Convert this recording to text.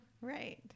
right